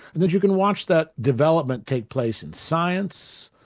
and that you can watch that development take place in science,